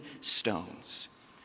stones